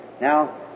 Now